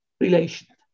relation